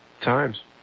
times